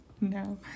No